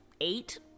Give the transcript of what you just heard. Eight